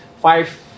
five